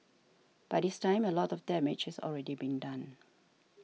by this time a lot of damage has already been done